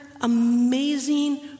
amazing